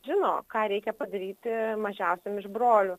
žino ką reikia padaryti mažiausiam iš brolių